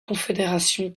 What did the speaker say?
confédération